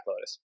Lotus